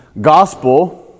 gospel